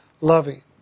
Loving